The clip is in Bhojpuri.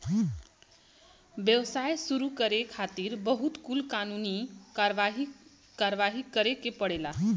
व्यवसाय शुरू करे खातिर बहुत कुल कानूनी कारवाही करे के पड़ेला